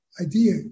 idea